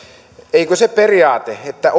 eikö sitä periaatetta ja näkökulmaa että